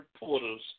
reporters